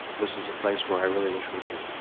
this is a place where i really wish we could